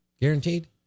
guaranteed